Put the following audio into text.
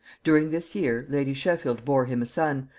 during this year, lady sheffield bore him a son,